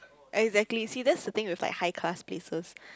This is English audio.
exactly see that's the thing with like high class places